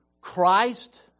Christ